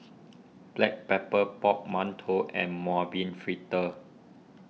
Black Pepper Pork Mantou and Mung Bean Fritters